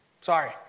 Sorry